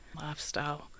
lifestyle